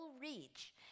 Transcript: reach